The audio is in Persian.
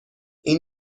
این